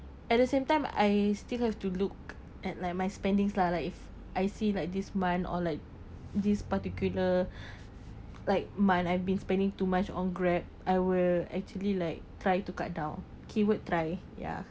at the same time I still have to look at like my spendings lah like if I see like this month or like this particular like might I've been spending too much on grab I will actually like try to cut down keep on try ya